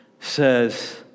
says